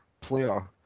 player